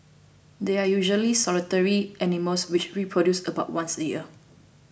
they are usually solitary animals which reproduce about once a year